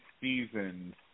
seasons